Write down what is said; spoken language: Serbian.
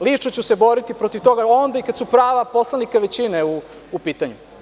Lično ću se boriti protiv toga, onda i kada su prava poslanika većine u pitanju.